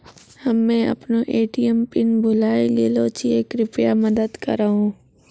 हम्मे अपनो ATM PIN भुलाय गेलो छियै, कृपया मदत करहो